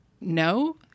no